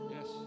Yes